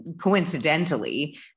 coincidentally